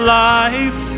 life